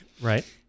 Right